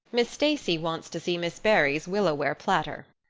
miss stacy wants to see miss barry's willowware platter.